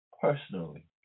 personally